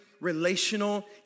relational